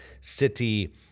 city